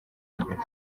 mbere